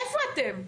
איפה אתם?